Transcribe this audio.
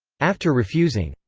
after refusing.